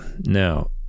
Now